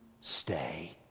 stay